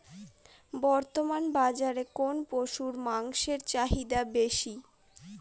বর্তমান বাজারে কোন পশুর মাংসের চাহিদা বেশি?